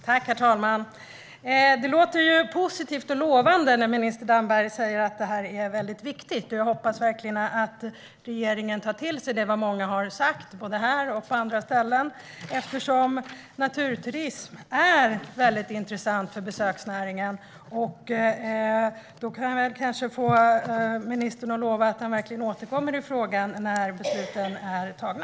Herr talman! Det låter positivt och lovande när minister Damberg säger att det här är väldigt viktigt. Jag hoppas verkligen att regeringen tar till sig vad många har sagt, både här och på andra ställen, eftersom naturturism är väldigt intressant för besöksnäringen. Kanske jag kan få ministern att lova att han verkligen återkommer i frågan när besluten är tagna.